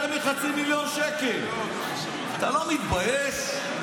יותר מחצי מיליון שקל, אתה לא מתבייש?